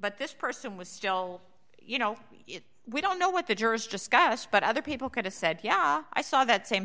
but this person was still you know it we don't know what the jurors discussed but other people could have said yeah i saw that same